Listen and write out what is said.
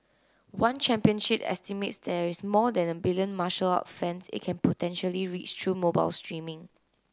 one Championship estimates there is more than a billion martial art fans it can potentially reach through mobile streaming